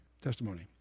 testimony